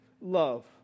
love